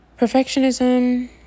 perfectionism